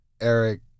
Eric